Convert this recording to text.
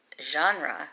genre